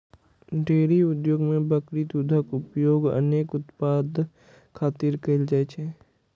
dairy उद्योग मे बकरी दूधक उपयोग अनेक उत्पाद खातिर कैल जाइ छै